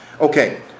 Okay